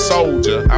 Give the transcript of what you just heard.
Soldier